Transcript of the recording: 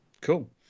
cool